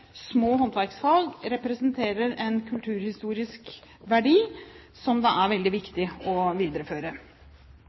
små håndverksfag representerer en kulturhistorisk verdi som det er veldig viktig å videreføre.